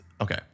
Okay